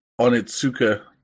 Onitsuka